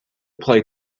play